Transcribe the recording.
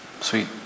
Sweet